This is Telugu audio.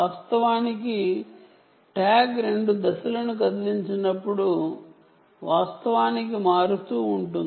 వాస్తవానికి ట్యాగ్ ను కదిలించినప్పుడు వాస్తవానికి RSSI మరియు ఫేజ్ మారుతూ ఉంటాయి